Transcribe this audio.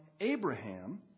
Abraham